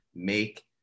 make